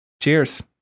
Cheers